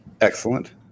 excellent